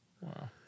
Wow